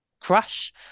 crush